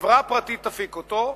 חברה פרטית תפיק אותו.